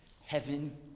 Heaven